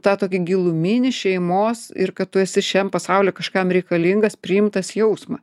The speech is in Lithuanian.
tą tokį giluminį šeimos ir kad tu esi šiam pasauly kažkam reikalingas priimtas jausmą